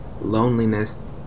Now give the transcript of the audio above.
loneliness